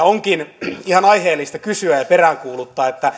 onkin ihan aiheellista kysyä ja peräänkuuluttaa